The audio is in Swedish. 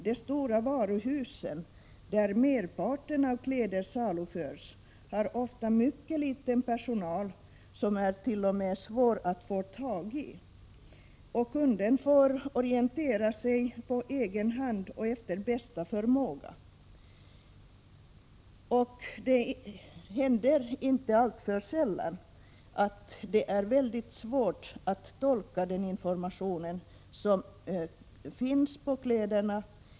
De stora varuhusen, där merparten av kläderna saluförs, har ofta mycket litet personal som det t.o.m. är svårt att få tag i. Kunden får efter bästa förmåga orientera sig på egen hand. Det händer inte alltför sällan att det är mycket svårt att tolka den information som finns på kläderna.